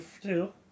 two